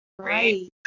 Right